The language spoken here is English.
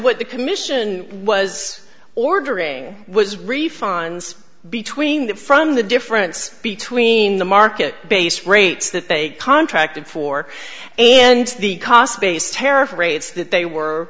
what the commission was was ordering it's refunds between them from the difference between the market based rates that they contracted for and the cost base tariff rates that they were